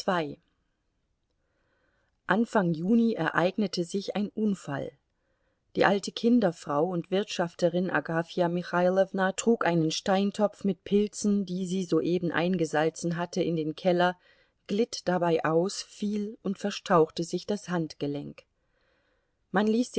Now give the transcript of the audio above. anfang juni ereignete sich ein unfall die alte kinderfrau und wirtschafterin agafja michailowna trug einen steintopf mit pilzen die sie soeben eingesalzen hatte in den keller glitt dabei aus fiel und verstauchte sich das handgelenk man ließ